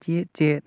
ᱪᱮᱫ ᱪᱮᱫ